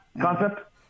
concept